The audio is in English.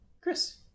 Chris